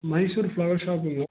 Mysore flowers ஷாப்புங்களா